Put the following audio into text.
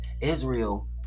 Israel